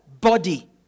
body